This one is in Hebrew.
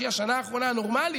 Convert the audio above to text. שהיא השנה האחרונה הנורמלית,